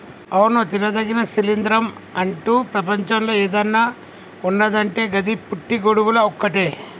అవును తినదగిన శిలీంద్రం అంటు ప్రపంచంలో ఏదన్న ఉన్నదంటే గది పుట్టి గొడుగులు ఒక్కటే